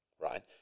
Right